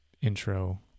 intro